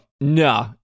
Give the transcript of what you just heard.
no